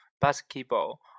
basketball